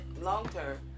long-term